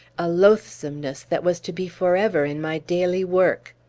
a loathsomeness that was to be forever in my daily work!